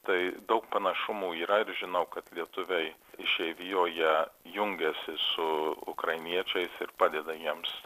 tai daug panašumų yra ir žinau kad lietuviai išeivijoje jungiasi su ukrainiečiais ir padeda jiems